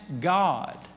God